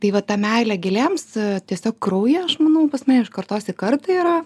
tai va ta meilė gėlėms tiesiog kraujy aš manau pa mane iš kartos į kartą yra